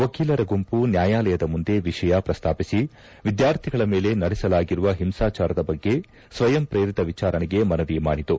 ವಕೀಲರ ಗುಂಪು ನ್ಕಾಯಾಲಯದ ಮುಂದೆ ವಿಷಯ ಪ್ರಸ್ತಾಪಿಸಿ ವಿದ್ಕಾರ್ಥಿಗಳ ಮೇಲೆ ನಡೆಸಲಾಗಿರುವ ಹಿಂಸಾಚಾರದ ಬಗ್ಗೆ ಸ್ವಯಂ ಪ್ರೇರಿತ ವಿಚಾರಣೆಗೆ ಮನವಿ ಮಾಡಿತು